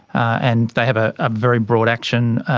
and they have a very broad action.